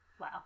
Wow